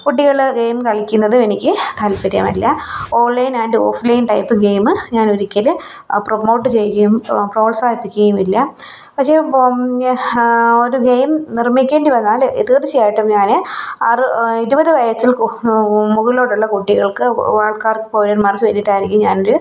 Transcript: കുട്ടികൾ ഗെയിം കളിക്കുന്നതും എനിക്ക് താല്പര്യമല്ല online and offline type game ഞാൻ ഒരിക്കൽ പ്രമോട്ട് ചെയ്യുകയും പ്രോത്സാഹിപ്പിക്കുകയും ഇല്ല പക്ഷേ ഒരു ഗെയിം നിർമ്മിക്കേണ്ടി വന്നാൽ തീർച്ചയായിട്ടും ഞാൻ അറു ഇരുപത് വയസ്സിൽ മുകളിലോട്ടുള്ള കുട്ടികൾക്ക് ആൾക്കാർക്ക് കൊറിയന്മാർക്ക് വേണ്ടിയിട്ടായിരിക്കും ഞാനൊരു